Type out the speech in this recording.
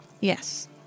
Yes